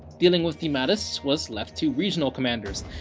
dealing with the mahdists was left to regional commanders,